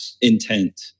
intent